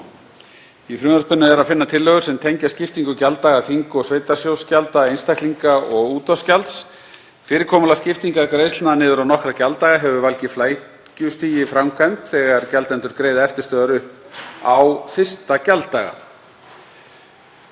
Í frumvarpinu er að finna tillögur sem tengjast skiptingu gjalddaga þing- og sveitarsjóðsgjalda einstaklinga og útvarpsgjalds. Fyrirkomulag skiptingar greiðslna niður á nokkra gjalddaga hefur valdið flækjustigi í framkvæmd þegar gjaldendur greiða eftirstöðvar upp á fyrsta gjalddaga.